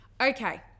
Okay